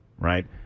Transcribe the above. right